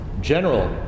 general